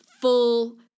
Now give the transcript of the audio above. full